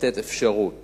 לתת אפשרות